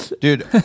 Dude